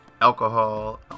Alcohol